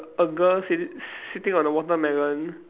a girl sitting sitting on the watermelon